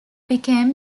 became